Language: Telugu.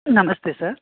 నమస్తే సార్